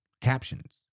Captions